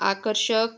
आकर्षक